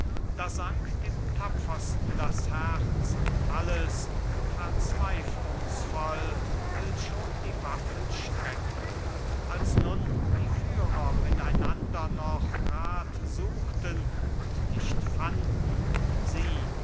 da sank dem tapfersten das herz und alles verzweiflungsvoll will schon die waffen strecken als nun die führer miteinander noch rat suchten und nicht fanden sieh